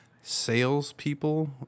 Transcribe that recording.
salespeople